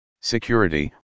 Security